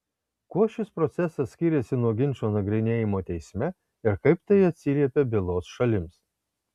kuo šis procesas skiriasi nuo ginčo nagrinėjimo teisme ir kaip tai atsiliepia bylos šalims